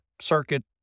circuit